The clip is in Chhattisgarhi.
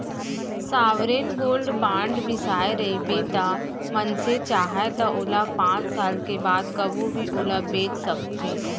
सॉवरेन गोल्ड बांड बिसाए रहिबे त मनसे चाहय त ओला पाँच साल के बाद कभू भी ओला बेंच सकथे